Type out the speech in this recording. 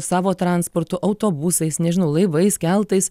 savo transportu autobusais nežinau laivais keltais